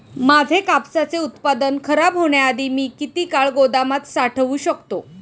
माझे कापसाचे उत्पादन खराब होण्याआधी मी किती काळ गोदामात साठवू शकतो?